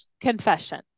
confession